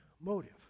motive